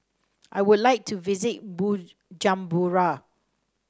I would like to visit Bujumbura